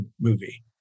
movie